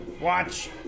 Watch